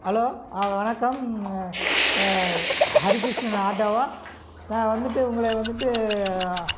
hello ஆ வணக்கம் ஹரிகிருஷ்ணன் ஆட்டோவா நான் வந்துட்டு உங்களை வந்துட்டு